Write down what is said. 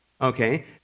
okay